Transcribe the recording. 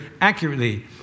accurately